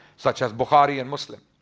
such as bukhari and muslim.